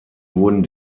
wurden